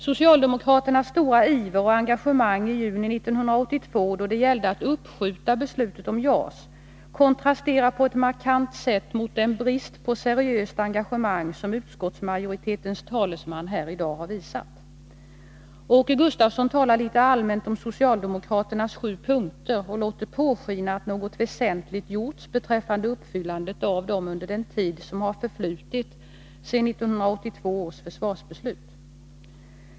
Socialdemokraternas stora iver och engagemang i juni 1982 då det gällde att uppskjuta beslutet om JAS kontrasterar på ett markant sätt mot den brist på seriöst engagemang som utskottsmajoritetens talesman har visat här i dag. Åke Gustavsson talar litet allmänt om socialdemokraternas sju punkter och låter påskina att något väsentligt gjorts beträffande uppfyllandet av dem under den tid som förflutit sedan 1982 års försvarsbeslut.